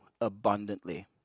abundantly